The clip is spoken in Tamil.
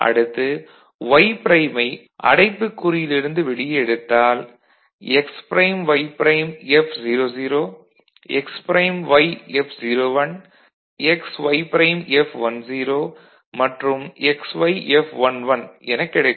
அடுத்து y ப்ரைமை அடைப்புக்குறியிலிருந்து வெளியே எடுத்தால் x prime y prime F00 x prime y F01 x y prime F10 மற்றும் x y F11 எனக் கிடைக்கும்